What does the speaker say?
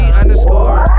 underscore